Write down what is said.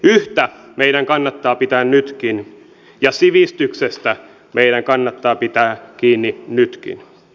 yhtä meidän kannattaa pitää nytkin ja sivistyksestä meidän kannattaa pitää kiinni nytkin